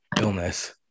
illness